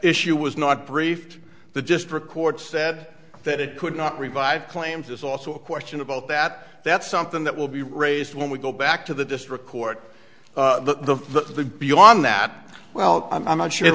issue was not briefed the just record said that it could not revive claims it's also a question about that that's something that will be raised when we go back to the district court the the beyond that well i'm not sure